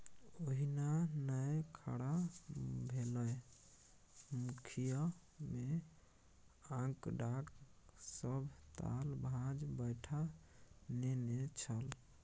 ओहिना नै खड़ा भेलै मुखिय मे आंकड़ाक सभ ताल भांज बैठा नेने छल